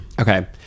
Okay